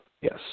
Yes